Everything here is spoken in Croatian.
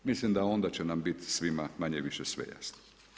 Mislim da onda će nam biti svima manje-više sve jasno.